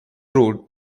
road